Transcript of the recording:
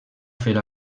fer